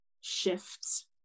shifts